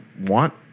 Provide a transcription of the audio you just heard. want